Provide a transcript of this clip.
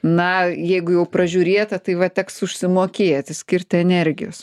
na jeigu jau pražiūrėta tai va teks užsimokėti skirti energijos